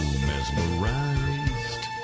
mesmerized